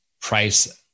price